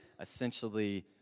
essentially